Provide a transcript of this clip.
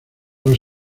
los